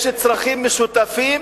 יש צרכים משותפים